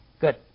good